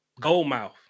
Goldmouth